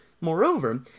Moreover